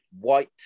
white